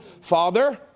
Father